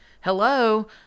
hello